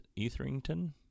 Etherington